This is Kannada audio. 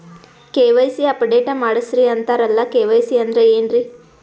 ಕೆ.ವೈ.ಸಿ ಅಪಡೇಟ ಮಾಡಸ್ರೀ ಅಂತರಲ್ಲ ಕೆ.ವೈ.ಸಿ ಅಂದ್ರ ಏನ್ರೀ?